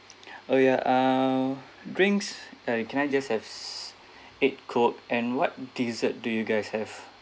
oh yeah uh drinks uh can I just has eight coke and what dessert do you guys have